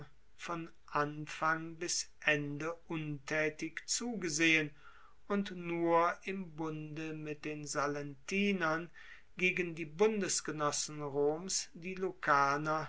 von anfang bis zu ende untaetig zugesehen und nur im bunde mit den sallentinern gegen die bundesgenossen roms die